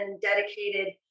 dedicated